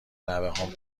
نوهام